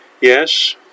Yes